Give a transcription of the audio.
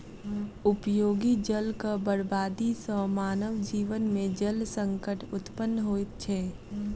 उपयोगी जलक बर्बादी सॅ मानव जीवन मे जल संकट उत्पन्न होइत छै